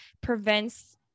prevents